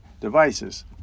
devices